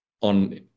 on